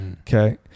okay